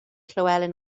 llywelyn